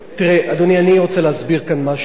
תראה, אדוני, אני רוצה להסביר כאן משהו.